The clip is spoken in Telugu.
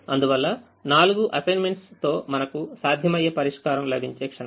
అందువల్ల 4 అసైన్మెంట్స్ తో మనకు సాధ్యమయ్యే పరిష్కారం లభించే క్షణం